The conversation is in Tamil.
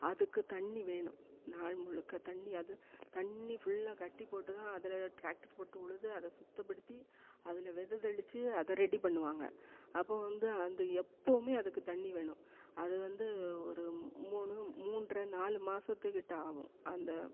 அதுக்கு தண்ணி வேணும் நாள் முழுக்க தண்ணி அது தண்ணி ஃபுல்லாக கட்டி போட்டு தான் அதில் ட்ராக்டர் போட்டு உழுது அதை சுத்தப்படுத்தி அதில் வித தெளித்து அதை ரெடி பண்ணுவாங்க அப்போ வந்து அந்த எப்பவுமே அதுக்கு தண்ணி வேணும் அதை வந்து ஒரு மூணு மூன்றரை நாலு மாதத்துக்கிட்ட ஆகும் அந்த